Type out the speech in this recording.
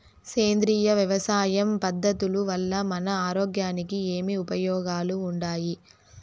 సేంద్రియ వ్యవసాయం పద్ధతుల వల్ల మన ఆరోగ్యానికి ఏమి ఉపయోగాలు వుండాయి?